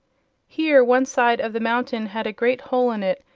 here one side of the mountain had a great hole in it,